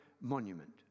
monument